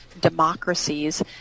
democracies